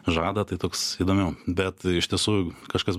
žada tai toks įdomiau bet iš tiesų kažkas